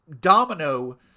domino